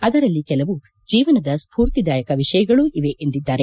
ಅದರಲ್ಲಿ ಕೆಲವು ಜೀವನದ ಸ್ಪೂರ್ತಿದಾಯಕ ವಿಷಯಗಳೂ ಇವೆ ಎಂದಿದ್ದಾರೆ